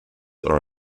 are